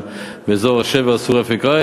באזור השבר הסורי-אפריקני,